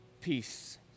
peace